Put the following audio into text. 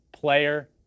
Player